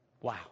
Wow